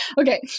Okay